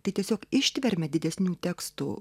tai tiesiog ištvermę didesnių tekstų